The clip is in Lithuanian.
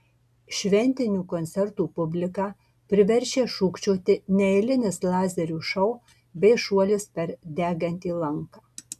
šventinių koncertų publiką priverčia šūkčioti neeilinis lazerių šou bei šuolis per degantį lanką